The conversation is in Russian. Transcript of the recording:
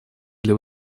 для